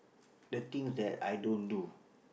the things that i don't do